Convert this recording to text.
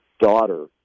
daughter